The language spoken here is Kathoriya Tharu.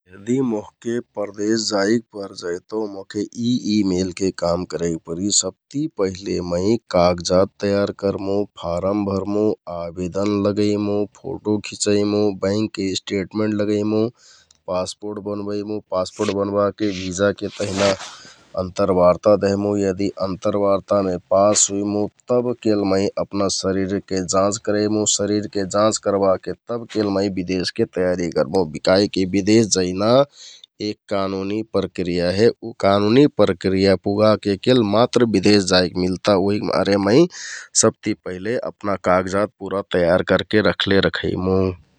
यदि मोहके परदेश जाइक परजाइ तो मोहके यि यि मेलके काम करकपरि । सबति पहिले मै काजजात तयार करमुँ । फारम भरमुँ, आवेदन लगैमुँ, फोटो खिँचैमुँ, बैंकके स्टेटमेन्ट लगैमुँ, पासपोर्ट बनबेमुँ पासपोर्ट बनबाके बिजाके तेहना अन्तरबार्ता देहमुँ । यदि अन्तरबार्तामे पास हुइमुँ जबकेल मै अपना शरिरके जाँच करैमुँ । शरिरके जाँच करबाके केल मै बिदेशके तयारी करमुँ बिदेश जैना एक कानुनी प्रक्रिया हे । उ कानुनी प्रक्रिया पुगके केल मात्र बिदेश जाइक मिलता उहिकमारे मै सबति पहिले अपना कागजात पुरा तयार करके रखले रखैमुँ ।